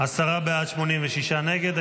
עשרה בעד, 86 נגד.